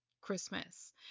christmas